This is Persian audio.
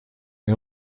این